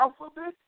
alphabet